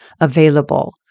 available